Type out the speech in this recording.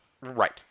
Right